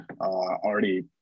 Already